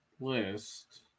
list